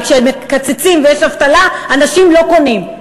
וכשמקצצים ויש אבטלה אנשים לא קונים,